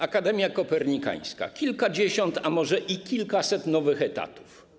Akademia Kopernikańska to kilkadziesiąt, a może i kilkaset nowych etatów.